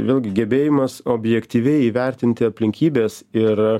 vėlgi gebėjimas objektyviai įvertinti aplinkybes ir